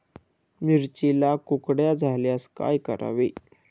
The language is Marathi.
मिरचीला कुकड्या झाल्यास काय करावे?